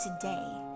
today